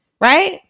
Right